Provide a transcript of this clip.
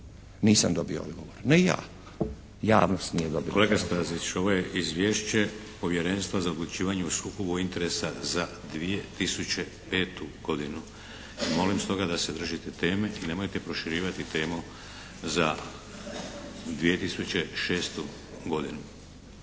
Nisam dobio odgovor. Ne ja, javnost nije dobila odgovor. **Šeks, Vladimir (HDZ)** Kolega Stazić, ovo je Izvješće Povjerenstva za odlučivanje o sukobu interesa za 2005. godinu. Molim stoga da se držite teme i nemojte proširivati temu za 2006. godinu.